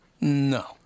No